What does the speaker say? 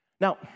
Now